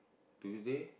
Tuesday